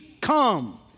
come